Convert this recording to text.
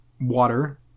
water